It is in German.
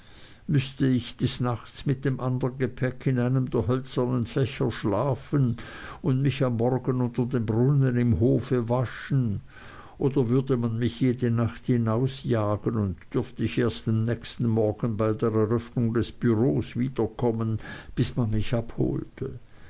müßte ich des nachts mit dem andern gepäck in einem der hölzernen fächer schlafen und mich am morgen unter dem brunnen im hofe waschen oder würde man mich jede nacht hinausjagen und dürfte ich erst am nächsten morgen bei der eröffnung des bureaus wiederkommen bis man mich abholte